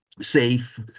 safe